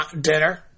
dinner